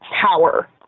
power